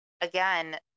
again